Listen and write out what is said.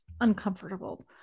uncomfortable